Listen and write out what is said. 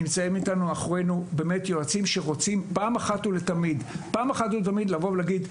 נמצאים איתנו יועצים שרוצים פעם אחת ולתמיד לבוא ולהגיד,